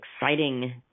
exciting